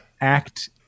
act